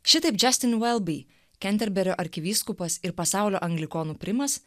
šitaip džestin velbi kenterberio arkivyskupas ir pasaulio anglikonų primas